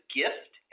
gift